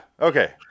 okay